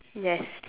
yes